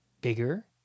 bigger